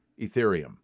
Ethereum